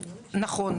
נכון,